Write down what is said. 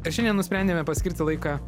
ir šiandien nusprendėme paskirti laiką